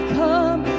come